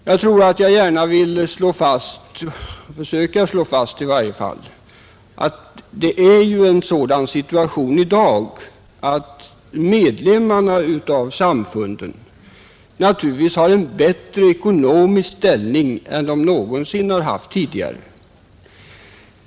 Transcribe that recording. Jag skall försöka att här få fastslaget att situationen i dag är sådan att samfundens medlemmar naturligtvis har en bättre ekonomisk ställning än de någonsin tidigare har haft.